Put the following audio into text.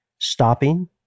Stopping